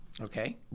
okay